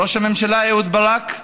ראש הממשלה אהוד ברק,